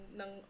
ng